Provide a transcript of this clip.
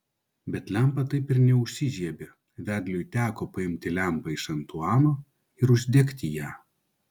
bet lempa taip ir neužsižiebė vedliui teko paimti lempą iš antuano ir uždegti ją